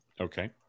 okay